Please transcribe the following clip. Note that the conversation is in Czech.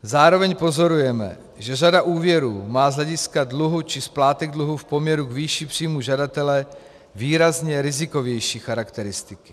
Zároveň pozorujeme, že řada úvěrů má z hlediska dluhu či splátek dluhu v poměru k výši příjmů žadatele výrazně rizikovější charakteristiky.